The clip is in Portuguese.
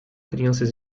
crianças